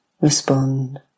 respond